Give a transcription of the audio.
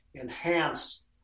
enhance